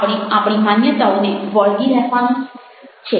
આપણે આપણી માન્યતાઓને વળગી રહેવાનું છે